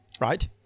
Right